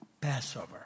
Passover